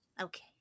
Okay